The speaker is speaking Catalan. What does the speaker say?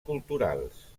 culturals